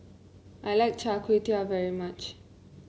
I like Char Kway Teow very much